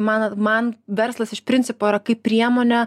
manot man verslas iš principo yra kaip priemonė